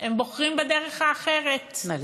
הם בוחרים בדרך האחרת, נא לסיים.